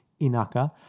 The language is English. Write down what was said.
Inaka